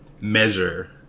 measure